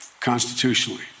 constitutionally